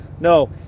No